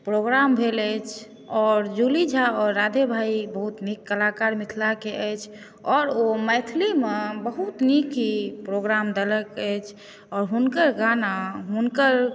programme भेल अछि आओर जूली झा आओर राधे भाइ बहुत नीक कलाकार मिथिलाके अछि आओर ओ मैथिलीमे बहुत नीक ही प्रोग्राम देलक अछि आओर हुनकर गाना हुनकर